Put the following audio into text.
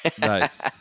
Nice